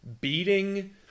beating